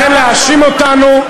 לכן, להאשים אותנו,